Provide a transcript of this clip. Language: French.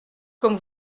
comme